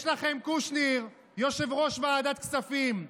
יש לכם קושניר, יושב-ראש ועדת הכספים,